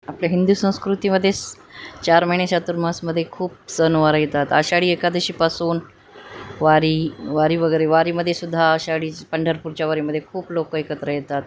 आपल्या हिंदू संस्कृतीमध्येच चार महिने चातुर्मासमध्ये खूप सणवार येतात आषाढी एकादशीपासून वारी वारी वगैरे वारीमध्ये सुद्धा आषाढीच पंढरपूरच्या वारीमध्ये खूप लोक एकत्र येतात